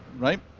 right.